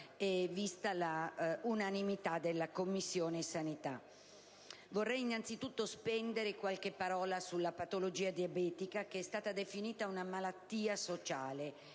e vista l'unanimità della Commissione igiene e sanità. Vorrei anzitutto spendere qualche parola sulla patologia diabetica, che è stata definita una malattia sociale